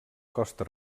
costa